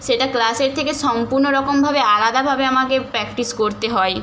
সেটা ক্লাসের থেকে সম্পূর্ণ রকমভাবে আলাদাভাবে আমাকে প্র্যাকটিস করতে হয়